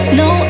no